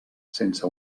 sense